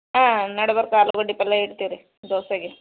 ಹಾಂ ನಡುಬರಕ ಆಲೂಗಡ್ಡೆ ಪಲ್ಯ ಇಡ್ತೀವಿ ರೀ ದೋಸೆಗೆ